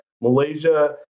malaysia